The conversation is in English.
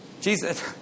Jesus